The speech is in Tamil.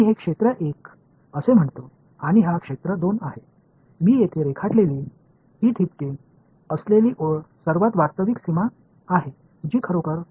எனவே நான் என்ன செய்வேன் என்றால் இதை நான் பகுதி 1 என்றும் இது பகுதி 2 என்றும் கூறுவேன்